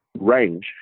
range